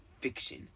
Fiction